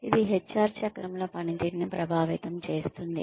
ఇది HR చక్రంలో పనితీరును ప్రభావితం చేస్తుంది